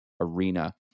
arena